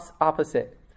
opposite